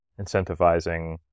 incentivizing